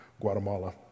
Guatemala